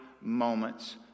moments